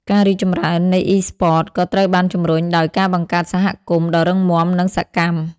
ការរីកចម្រើននៃអុីស្ព័ត ក៏ត្រូវបានជំរុញដោយ ការបង្កើតសហគមន៍ ដ៏រឹងមាំ និងសកម្ម។